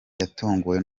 yatunguwe